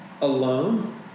alone